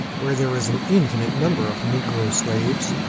where there is an infinite number of negro slaves,